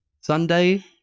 Sunday